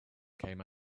came